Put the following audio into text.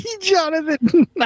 Jonathan